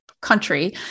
country